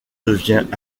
devient